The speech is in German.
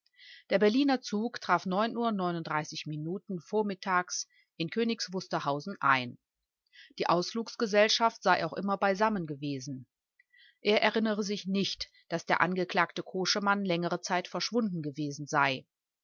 der berliner zug traf minuten vormittags in königs wusterhausen ein die ausflugsgesellschaft sei auch immer beisammen gewesen er erinnere sich nicht daß der angeklagte koschemann längere zeit verschwunden gewesen sei